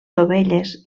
dovelles